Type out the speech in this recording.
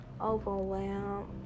overwhelmed